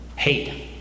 Hate